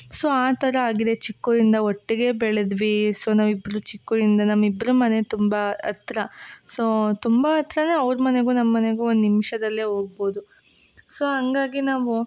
so ಆ ಥರ ಆಗಿದೆ ಚಿಕ್ಕೋರಿಂದ ಒಟ್ಟಿಗೆ ಬೆಳೆದ್ವಿ ಸೊ ನಾವಿಬ್ರು ಚಿಕ್ಕೋರಿಂದ ನಮ್ಮಿಬ್ಬರ ಮನೆ ತುಂಬ ಹತ್ರ ಸೋ ತುಂಬ ಹತ್ರ ಅಂದರೆ ಅವ್ರ ಮನೆಗೂ ನಮ್ಮ ಮನೆಗೂ ಒಂದು ನಿಮ್ಷದಲ್ಲೇ ಹೋಗ್ಬೋದು ಸೊ ಹಂಗಾಗಿ ನಾವು